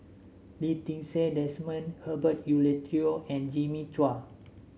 Lee Ti Seng Desmond Herbert Eleuterio and Jimmy Chua